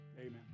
Amen